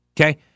Okay